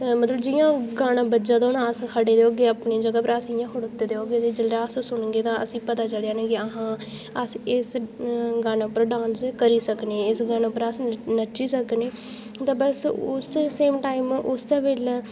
मतलब जि'यां गाना बज्जा दा होना अस खड़े रौह्गे अपनी जगह पर अस जि'यां खड़ोते दे होगे जेल्लै अस सुनगे ते पता चली जाना की हां अस इस गाने पर डांस करी इस गाने पर अस नच्ची सकने ते बस उस्सै सेम टाईम उस्सै बेल्लै